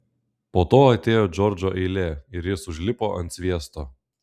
po to atėjo džordžo eilė ir jis užlipo ant sviesto